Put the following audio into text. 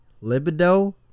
libido